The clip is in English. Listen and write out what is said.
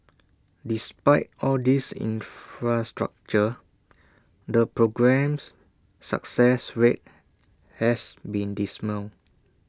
despite all this infrastructure the programme's success rate has been dismal